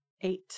eight